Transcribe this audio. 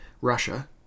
Russia